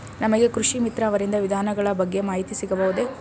ನಮಗೆ ಕೃಷಿ ಮಿತ್ರ ಅವರಿಂದ ವಿಧಾನಗಳ ಬಗ್ಗೆ ಮಾಹಿತಿ ಸಿಗಬಹುದೇ?